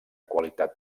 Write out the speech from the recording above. qualitat